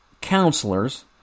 counselors